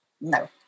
No